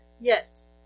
Yes